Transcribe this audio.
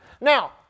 Now